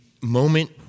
moment